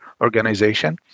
organization